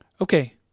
Okay